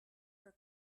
for